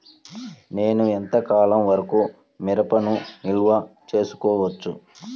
నేను ఎంత కాలం వరకు మిరపను నిల్వ చేసుకోవచ్చు?